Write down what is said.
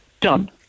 done